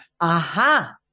Aha